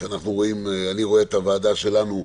אני רואה את הוועדה שלנו,